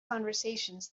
conversations